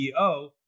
CEO